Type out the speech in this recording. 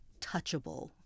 touchable